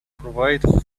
provide